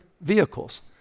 vehicles